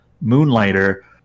Moonlighter